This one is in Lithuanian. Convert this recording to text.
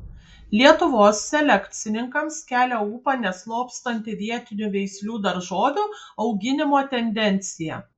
lietuvos selekcininkams kelia ūpą neslopstanti vietinių veislių daržovių auginimo tendencija